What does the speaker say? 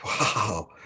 Wow